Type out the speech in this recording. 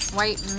White